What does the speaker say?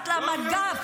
חבר הכנסת.